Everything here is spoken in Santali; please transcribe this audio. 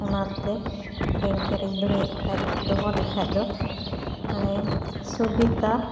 ᱚᱱᱟᱛᱮ ᱵᱮᱝᱠᱮᱨᱮᱧ ᱫᱚᱦᱚᱭᱫᱠᱷᱟᱡ ᱫᱚᱦᱚ ᱞᱮᱠᱷᱟᱡᱫᱚ ᱢᱟᱱᱮ ᱥᱩᱵᱤᱛᱟ